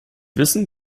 wissen